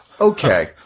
okay